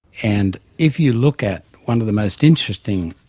and if you look at one of the most interesting